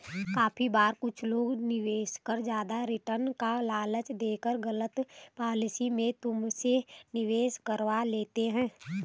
काफी बार कुछ निवेशक ज्यादा रिटर्न का लालच देकर गलत पॉलिसी में तुमसे निवेश करवा लेते हैं